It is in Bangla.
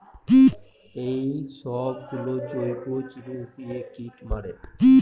এইসব গুলো জৈব জিনিস দিয়ে কীট মারে